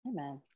Amen